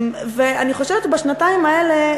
אני חושבת שבשנתיים האלה,